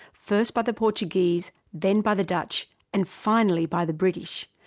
first by the portuguese, then by the dutch and finally by the british.